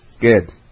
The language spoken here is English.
Good